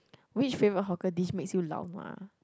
which favourite hawker dish makes you lao-nua